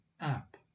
app